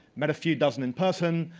met ah few dozen in person,